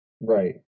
right